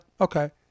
Okay